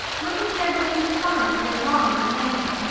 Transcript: look what they are doing this summer for their lawns and lanes.